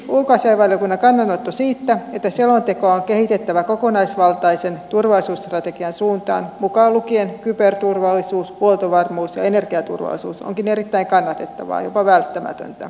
siksi ulkoasiainvaliokunnan kannanotto siitä että selontekoa on kehitettävä kokonaisvaltaisen turvallisuusstrategian suuntaan mukaan lukien kyberturvallisuus huoltovarmuus ja energiaturvallisuus onkin erittäin kannatettavaa jopa välttämätöntä